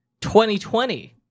2020